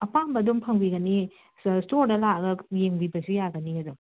ꯑꯄꯥꯝꯕ ꯑꯗꯨꯝ ꯐꯪꯕꯤꯒꯅꯤꯌꯦ ꯁ ꯁ꯭ꯇꯣꯔꯗ ꯂꯥꯛꯂꯒ ꯌꯦꯡꯕꯤꯕꯁꯨ ꯌꯥꯒꯅꯤꯌꯦ ꯑꯗꯨꯝ